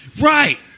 Right